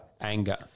Anger